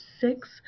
six